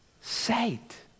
Sight